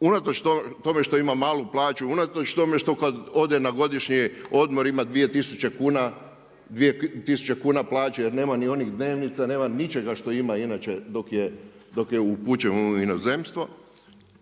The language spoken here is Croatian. unatoč tome što ima malu plaću, unatoč tome što kad ode na godišnji odmor ima 2000 kuna plaće jer nema ni onih dnevnica, nema ničega što ima inače dok je upućen u inozemstvo